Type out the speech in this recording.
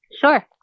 Sure